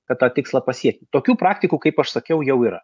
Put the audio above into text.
kad tą tikslą pasiekti tokių praktikų kaip aš sakiau jau yra